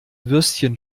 würstchen